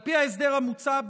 על פי ההסדר המוצע,